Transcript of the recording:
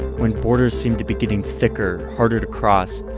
when borders seem to be getting thicker, harder to cross.